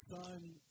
Son